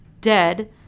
dead